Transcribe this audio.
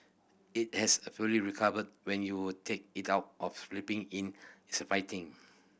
it has a fully recovered when you take it out of flapping in it's a fighting